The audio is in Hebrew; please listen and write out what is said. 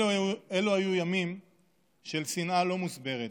אלו היו ימים של שנאה לא מוסברת,